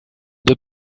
deux